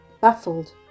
baffled